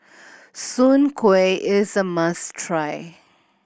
Soon Kueh is a must try